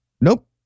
Nope